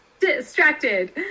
distracted